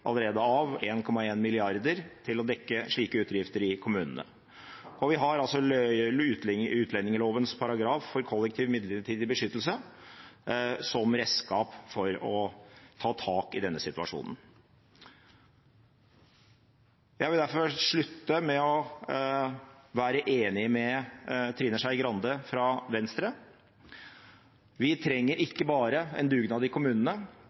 har utlendingslovens paragraf om kollektiv midlertidig beskyttelse som redskap for å ta tak i denne situasjonen. Jeg vil derfor slutte med å være enig med Trine Skei Grande fra Venstre. Vi trenger ikke bare en dugnad i kommunene.